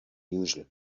usual